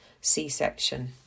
C-section